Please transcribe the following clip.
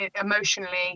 emotionally